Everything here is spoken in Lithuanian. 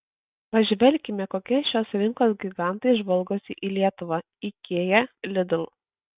pažvelkime kokie šios rinkos gigantai žvalgosi į lietuvą ikea lidl